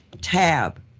tab